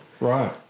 Right